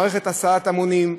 מערכת הסעת המונים,